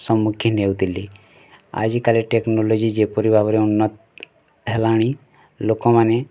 ସମ୍ମୁଖୀନ୍ ହେଉଥିଲି ଆଜିକାଲି ଟେକ୍ନୋଲୋଜି ଯେପରି ଭାବରେ ଉନ୍ନତ୍ତ ହେଲାଣି ଲୋକମାନେ